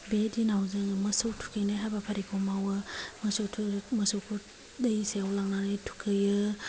बे दिनाव जोङो मोसौ थुखैनाय हाबा फारिखौ मावो मोसौ मोसौखौ जों दैसायाव लांनानै थुखैयो